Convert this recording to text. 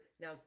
now